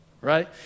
right